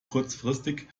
kurzfristig